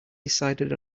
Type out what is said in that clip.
decided